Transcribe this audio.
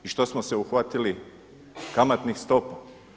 I što smo se uhvatili kamatnih stopa.